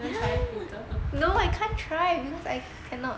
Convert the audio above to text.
you want try later